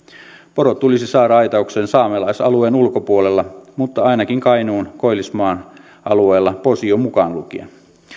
porot tulisi saada aitaukseen saamelaisalueen ulkopuolella mutta ainakin kainuun koillismaan alueella posio mukaan lukien